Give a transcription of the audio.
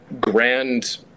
grand